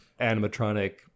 animatronic